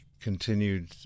continued